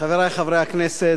חברי חברי הכנסת,